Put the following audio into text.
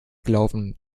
gelaufen